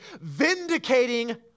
vindicating